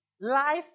life